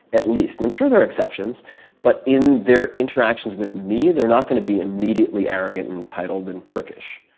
at least and i'm sure there are exceptions but in their interactions with me, they're not going to be immediately arrogant and entitled and prick-ish.